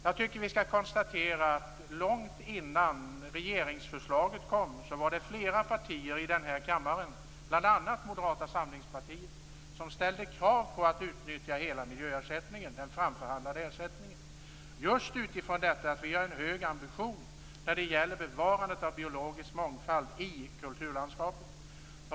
Jag tycker att vi kan konstatera att det långt innan regeringsförslaget kom var flera partier i den här kammaren, bl.a. Moderata samlingspartiet, som ställde krav på att utnyttja hela den framförhandlade miljöersättningen. Detta berodde just på att vi hade en hög ambition när det gällde bevarandet av biologisk mångfald i kulturlandskapet.